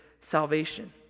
salvation